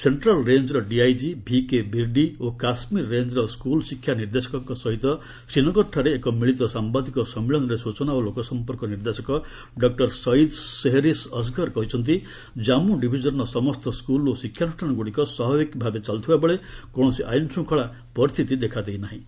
central ରେଞ୍ଜର DIG VK Birdi ଓ କାଶ୍ୱୀର ରେଞ୍ଜର ସ୍କୁଲ୍ ଶିକ୍ଷା ନିର୍ଦ୍ଦେଶକଙ୍କ ସହିତ ଶ୍ରୀନଗରଠାରେ ଏକ ମିଳିତ ସାମ୍ଭାଦିକ ସମ୍ମିଳନୀରେ ସୂଚନା ଓ ଲୋକସମ୍ପର୍କ ନିର୍ଦ୍ଦେଶକ ଡକୁର ସଇଦ୍ ଶେହେରିସ୍ ଅସ୍ଗର୍ କହିଛନ୍ତି ଜାମ୍ମୁ ଡିଭିଜନ୍ର ସମସ୍ତ ସ୍କୁଲ୍ ଓ ଶିକ୍ଷାନୁଷ୍ଠାନଗୁଡ଼ିକ ସ୍ୱାଭାବିକ ଭାବେ ଚାଲୁଥିବା ବେଳେ କୌଣସି ଆଇନ୍ଶୃଙ୍ଖଳା ପରିସ୍ଥିତି ଦେଖା ଦେଇନାହିଁ